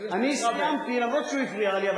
אני סיימתי, אף-על-פי שהוא הפריע לי.